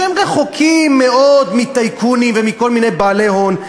שהם רחוקים מאוד מטייקונים ומכל מיני בעלי הון.